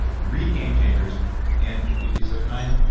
read game changers and, if you'd be so kind,